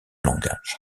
langage